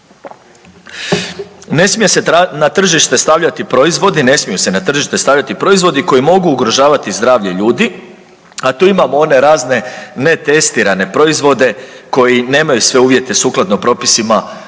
Ne smije se na tržište stavljati proizvodi koji mogu ugrožavati zdravlje ljudi a tu imamo one razne netestirane proizvodi koji nemaju sve uvjete sukladno propisima RH